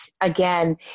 again